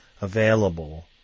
available